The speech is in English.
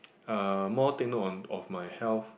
uh more take note on of my health